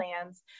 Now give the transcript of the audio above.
plans